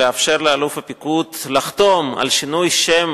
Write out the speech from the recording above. לאפשר לאלוף הפיקוד לחתום על שינוי שם